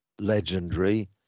Legendary